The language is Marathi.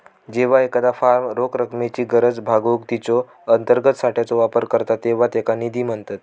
जेव्हा एखादा फर्म रोख रकमेची गरज भागवूक तिच्यो अंतर्गत साठ्याचो वापर करता तेव्हा त्याका निधी म्हणतत